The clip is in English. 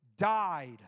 died